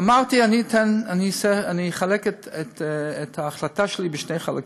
אמרתי: אני אחלק את ההחלטה שלי לשני חלקים: